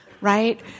right